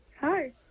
Hi